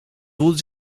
voelde